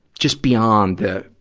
just beyond the,